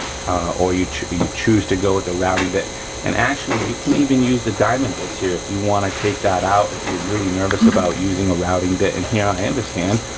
or you choose you choose to go with the routing bit and actually you can even use the diamond bits here if you wanna take that out, if you're really nervous about using a routing bit in here, i understand,